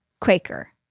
Quaker